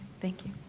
thank you.